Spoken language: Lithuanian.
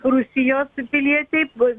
rusijos pilietei bu